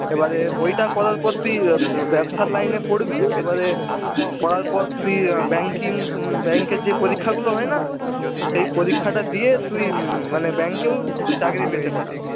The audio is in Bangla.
এবারে ওইটা করার পর তুই ব্যবসার লাইনে পড়বি এবারে পড়ার পর তুই ব্যাঙ্কিং ব্যাঙ্কের যে পরীক্ষাগুলো হয় না সেই পরীক্ষাটা দিয়ে তুই মানে ব্যাঙ্কেও চাকরি পেতে পাবি